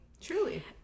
Truly